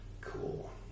Cool